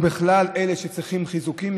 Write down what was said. או בכלל אלה שצריכים חיזוקים,